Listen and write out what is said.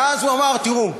ואז הוא אמר: תראו,